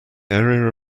area